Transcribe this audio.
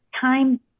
time